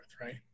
right